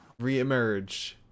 Reemerge